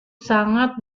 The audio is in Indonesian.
sangat